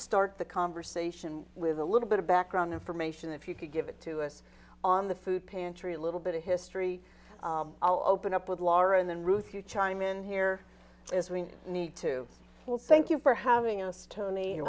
the conversation with a little bit of background information if you could give it to us on the food pantry a little bit of history i'll open up with lauren and ruth you chime in here as we need to thank you for having us tony